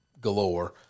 galore